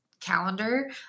calendar